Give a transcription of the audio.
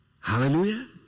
hallelujah